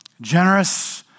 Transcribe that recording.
Generous